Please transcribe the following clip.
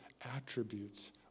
attributes